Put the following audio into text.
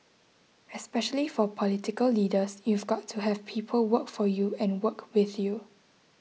especially for political leaders you've got to have people work for you and work with you